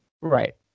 Right